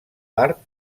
part